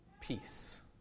peace